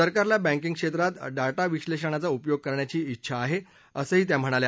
सरकारला बँकिंग क्षेत्रात डाटा विश्लेषणाचा उपयोग करण्याची डेछा आहे असंही त्यांनी सांगितलं